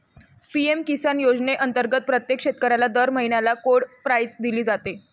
PM Kisan योजनेअंतर्गत प्रत्येक शेतकऱ्याला दर महिन्याला कोड प्राईज दिली जाते